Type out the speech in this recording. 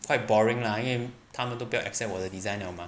quite boring lah 因为他们都不要 accept 我的 design liao mah